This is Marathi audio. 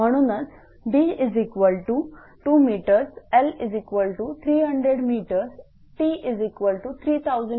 म्हणूनच d2 mL300 mT3000 Kg